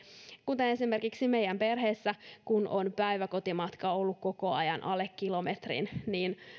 kuten esimerkiksi meidän perheessä kun on päiväkotimatka ollut koko ajan alle kilometrin